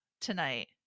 tonight